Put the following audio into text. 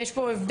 יש פה הבדל?